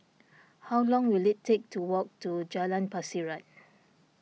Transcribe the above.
how long will it take to walk to Jalan Pasiran